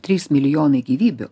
trys milijonai gyvybių